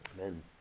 Amen